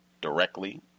directly